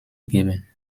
geben